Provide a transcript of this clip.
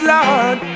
Lord